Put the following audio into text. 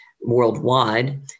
worldwide